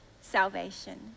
salvation